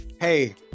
Hey